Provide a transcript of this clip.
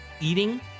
eating